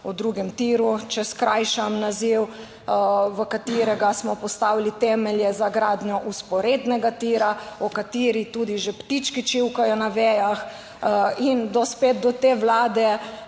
o drugem tiru, če skrajšam naziv, v katerega smo postavili temelje za gradnjo vzporednega tira, o čemer tudi že ptički čivkajo na vejah. In spet, do te Vlade